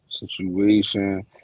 Situation